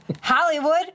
Hollywood